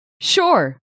Sure